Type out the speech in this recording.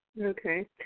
Okay